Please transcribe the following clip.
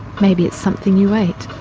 maybe it's something you ate.